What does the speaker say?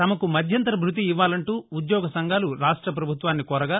తమకు మధ్యంతర భృతి ఇవ్వాలంటూ ఉద్యోగ సంఘాలు రాష్ట పభుత్వాన్ని కోరగా